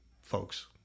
folks